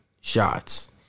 shots